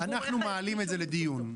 אנחנו מעלים את זה לדיון.